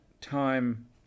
Time